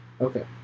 Okay